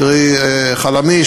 קרי "חלמיש",